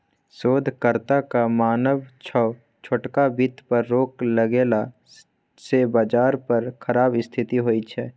शोधकर्ताक मानब छै छोटका बित्त पर रोक लगेला सँ बजार पर खराब स्थिति होइ छै